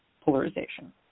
polarization